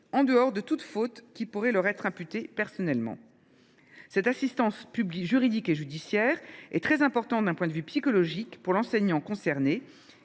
en dehors de toute faute qui pourrait leur être imputée personnellement. Cette assistance juridique et judiciaire est très importante d’un point de vue psychologique pour l’enseignant concerné.